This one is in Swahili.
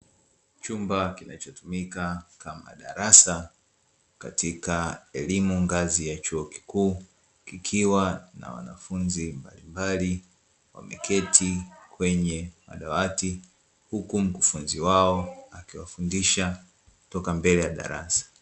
Chumba kinachotumika kama darasa katika elimu ngazi ya chuo kikuu kikiwa na wanafunzi mbalimbali wameketi kwenye madawati, huku mkufunzi wao akiwafundisha kutoka mbele ya darasa.